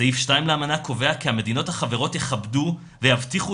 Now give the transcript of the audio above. סעיף 2 לאמנה קובע כי המדינות החברות יכבדו ויבטיחו